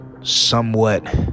somewhat